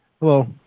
Hello